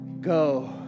Go